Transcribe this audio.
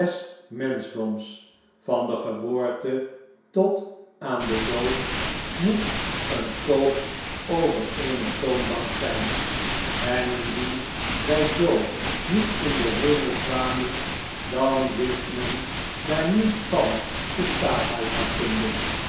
des menschdoms van de geboorte tot aan den dood moest een koop over eene toonbank zijn en indien wij zoo niet in den hemel kwamen dan wist men daar niets van de